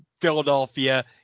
Philadelphia